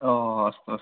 ओ अस्तु अस्तु